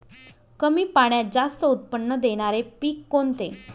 कमी पाण्यात जास्त उत्त्पन्न देणारे पीक कोणते?